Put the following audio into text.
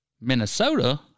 Minnesota